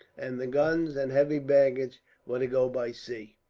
and the guns and heavy baggage were to go by sea.